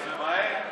אתה ממהר?